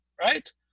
right